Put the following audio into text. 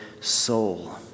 soul